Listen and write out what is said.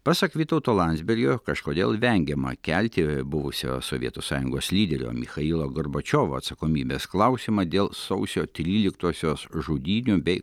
pasak vytauto landsbergio kažkodėl vengiama kelti buvusio sovietų sąjungos lyderio michailo gorbačiovo atsakomybės klausimą dėl sausio tryliktosios žudynių bei